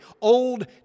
Old